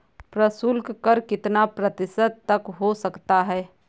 प्रशुल्क कर कितना प्रतिशत तक हो सकता है?